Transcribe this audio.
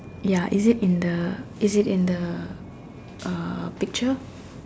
ya is it in the is it in the uh picture